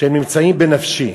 שנמצאים בנפשי.